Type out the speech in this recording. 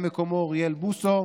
וממלא מקומו: אוריאל בוסו,